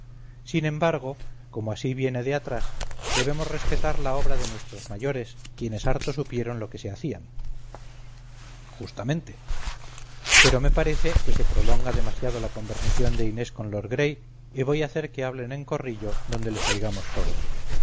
sin embargo como así viene de atrás debemos respetar la obra de nuestros mayores quienes harto supieron lo que se hacían justamente pero me parece que se prolonga demasiado la conversación de inés con lord gray y voy a hacer que hablen en corrillo donde les oigamos todos